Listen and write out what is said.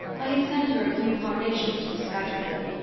i had sent her a few carnations from skuytercliff,